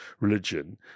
religion